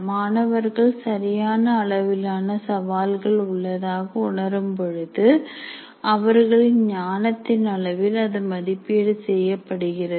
மாணவர்கள் சரியான அளவிலான சவால்கள் உள்ளதாக உணரும் பொழுது அவர்களின் ஞானத்தின் அளவில் அது மதிப்பீடு செய்யப்படுகிறது